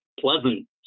pleasant